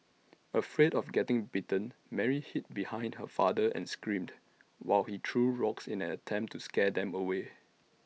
afraid of getting bitten Mary hid behind her father and screamed while he threw rocks in an attempt to scare them away